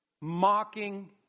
Mocking